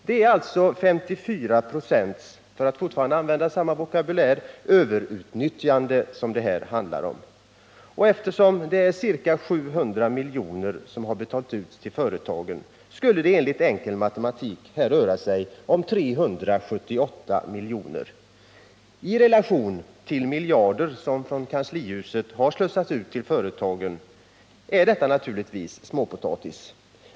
Det är alltså 54 96 ”överutnyttjande” — för att fortsätta att använda denna vokabulär — som det här handlar om. Eftersom det är ca 700 miljoner som betalats ut till företagen skulle det enligt enkel matematik här röra sig om 378 miljoner. I relation till de miljarder som från kanslihuset slussats ut till företagen är detta naturligtvis småpotatis.